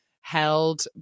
held